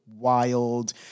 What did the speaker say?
wild